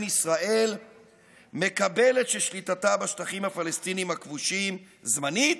ישראל מקבלת ששליטתה בשטחים הפלסטינים הכבושים היא זמנית,